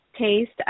taste